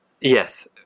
Yes